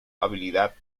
habilidad